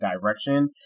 direction